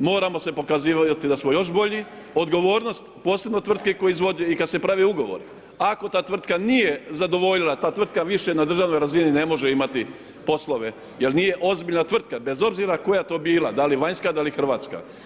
moramo se pokazivati da smo još bolji, odgovorno posebno tvrtke koje izvode i kada se prave ugovori, ako ta tvrtka nije zadovoljila, ta tvrtka više na državnoj razini ne može imati poslove jer nije ozbiljna tvrtka, bez obzira koja to bila, da li vanjska, da li Hrvatska.